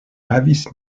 havis